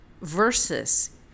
versus